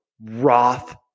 Roth